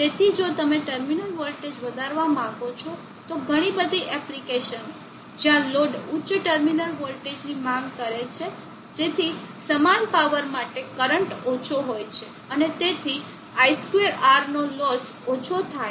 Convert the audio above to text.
તેથી જો તમે ટર્મિનલ વોલ્ટેજ વધારવા માંગો છો તો ઘણી બધી એપ્લિકેશનો જ્યાં લોડ ઉચ્ચ ટર્મિનલ વોલ્ટેજની માંગ કરે છે જેથી સમાન પાવર માટે કરંટ ઓછો હોય છે અને તેથી i2R નો લોસ ઓછો થાય